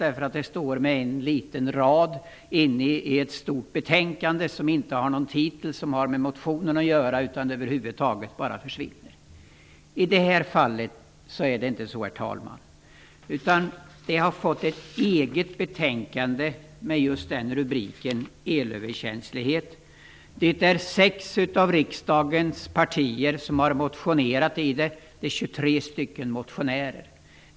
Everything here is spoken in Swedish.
Det står en liten rad inne i ett stort betänkande som inte har en titel som har med motionen att göra. Den bara försvinner. I det här fallet är det inte så, herr talman. Vi har fått ett betänkande med rubriken Elöverkänslighet. Det är företrädare för sex av riksdagens partier som motionerat, 23 motionärer.